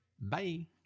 Bye